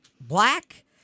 black